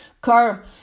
car